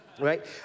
right